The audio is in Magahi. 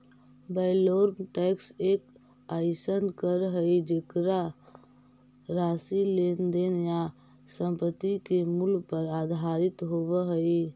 वैलोरम टैक्स एक अइसन कर हइ जेकर राशि लेन देन या संपत्ति के मूल्य पर आधारित होव हइ